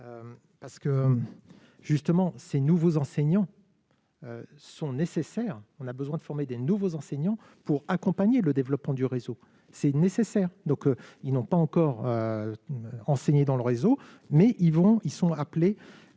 parce que, justement, ces nouveaux enseignants sont nécessaires, on a besoin de former des nouveaux enseignants pour accompagner le développement du réseau, c'est nécessaire, donc ils n'ont pas encore enseigner dans le réseau, mais ils vont, ils